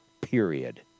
Period